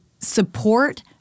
support